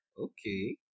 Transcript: Okay